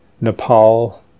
Nepal